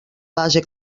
base